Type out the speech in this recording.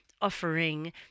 offering